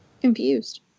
confused